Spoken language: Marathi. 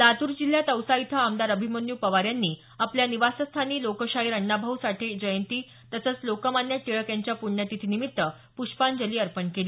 लातूर जिल्ह्यात औसा इथं आमदार अभिमन्यू पवार यांनी आपल्या निवासस्थानी लोकशाहीर अण्णाभाऊ साठे जयंती तसंच लोकमान्य टिळक यांच्या प्ण्यतिथीनिमित्त प्रष्पांजली अर्पण केली